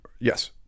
yes